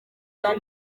gukora